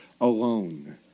alone